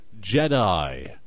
Jedi